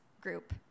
group